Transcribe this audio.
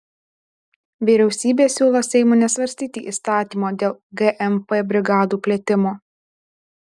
vyriausybė siūlo seimui nesvarstyti įstatymo dėl gmp brigadų plėtimo